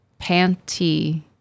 Panty